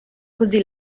così